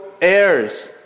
Heirs